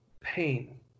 pain